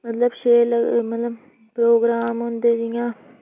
मतलब शैल प्रोग्राम होंदे जि'यां